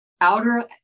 outer